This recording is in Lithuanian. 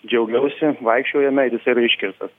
džiaugiausi vaikščiojome ir jisai yra iškirstas